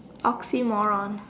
oxymoron